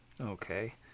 Okay